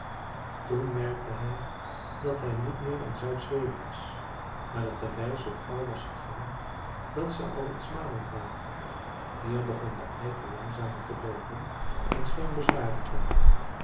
toen merkte hij dat hij niet meer in zuid zweden was maar dat de reis zoo gauw was gegaan dat ze al in smaland waren hier begon de eik al langzamer te loopen en scheen bezwaren te hebben